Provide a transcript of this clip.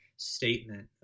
Statement